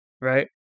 right